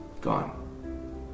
Gone